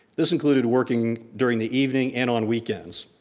this included working during the evening and on weekends.